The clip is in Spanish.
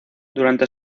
durante